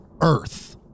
Earth